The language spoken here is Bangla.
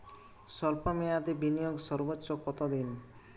স্বল্প মেয়াদি বিনিয়োগ সর্বোচ্চ কত দিন?